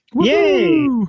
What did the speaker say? Yay